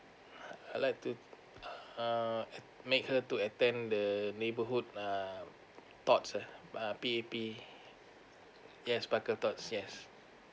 I'd like to uh make her to attend the neighborhood err tots ah P_A_P yes sparkletots yes